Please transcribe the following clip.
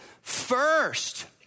first